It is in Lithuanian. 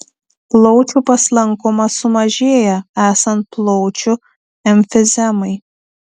plaučių paslankumas sumažėja esant plaučių emfizemai